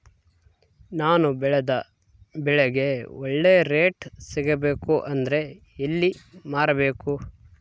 ನಾನು ಬೆಳೆದ ಬೆಳೆಗೆ ಒಳ್ಳೆ ರೇಟ್ ಸಿಗಬೇಕು ಅಂದ್ರೆ ಎಲ್ಲಿ ಮಾರಬೇಕು?